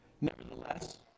Nevertheless